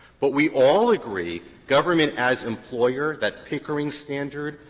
but we all agree government as employer, that pickering standard,